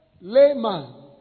layman